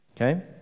Okay